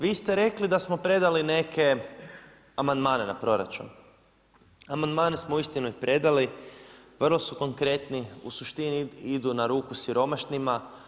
Vi ste rekli da smo predali neke amandmane na proračun, amandmane smo uistinu i predali, vrlo su konkretni u suštini idu na ruku siromašnima.